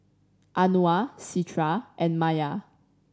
Anuar Citra and Maya